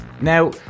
now